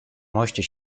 moście